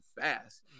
fast